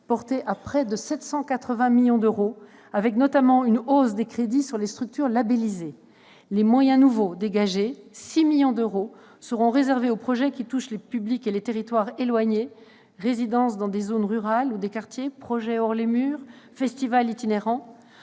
porté à près de 780 millions d'euros. Il sera marqué notamment par une hausse des crédits en faveur des structures labellisées. Les moyens nouveaux dégagés, à hauteur de 6 millions d'euros, seront réservés aux projets qui touchent les publics et les territoires éloignés : résidences dans des zones rurales ou des quartiers, projets hors les murs, festivals itinérants